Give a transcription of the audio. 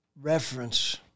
reference